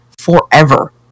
forever